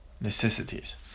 necessities